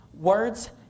Words